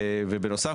ובנוסף,